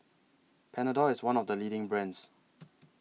Panadol IS one of The leading brands